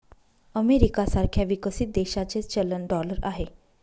America सारख्या विकसित देशाचे चलन डॉलर आहे